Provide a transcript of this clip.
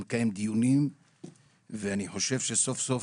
אתה מקיים דיונים ואני חושב שסוף-סוף,